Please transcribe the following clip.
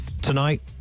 tonight